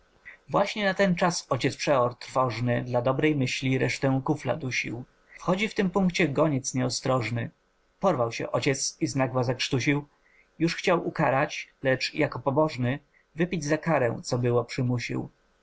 właśnie natenczas ojciec przeor trwożny dla dobrej myśli resztę kufla dusił wchodzi w tym punkcie goniec nieostrożny porwał się ojciec i znagła zakrztusił już chciał ukarać lecz jako pobożny wypić za karę co było przymusił